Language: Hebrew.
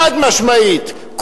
חד-משמעית.